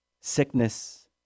sickness